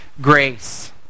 grace